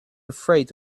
afraid